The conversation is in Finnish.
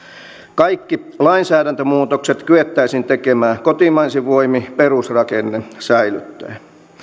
kaikki lainsäädäntömuutokset kyettäisiin tekemään kotimaisin voimin perusrakenne säilyttäen